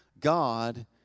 God